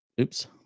Oops